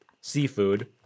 seafood